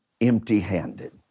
empty-handed